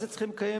על זה צריך לקיים.